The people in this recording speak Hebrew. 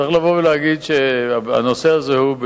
צריך להגיד שהנושא הזה הוא,